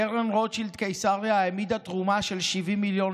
קרן רוטשילד קיסריה העמידה תרומה של 70 מיליון